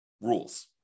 rules